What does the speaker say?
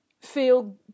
feel